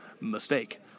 mistake